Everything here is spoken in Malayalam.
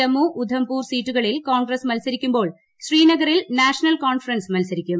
ജമ്മു ഉധംപൂർ സീറ്റുകളിൽ കോൺഗ്രസ് മത്സരിക്കുമ്പോൾ ശ്രീനഗറിൽ നാഷണൽ കോൺഫറൻസ് മത്സരിക്കും